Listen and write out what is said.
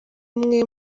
umwe